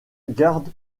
garde